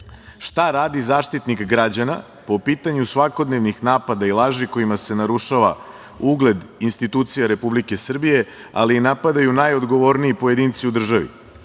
šta radi Zaštitnik građana po pitanju svakodnevnih napada i laži kojima se narušava ugled institucije Republike Srbije, ali i napadaju najodgovorniji pojedinci u državi?